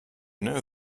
know